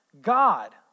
God